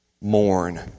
mourn